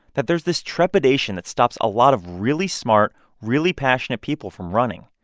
that there's this trepidation that stops a lot of really smart, really passionate people from running.